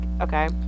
okay